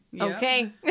Okay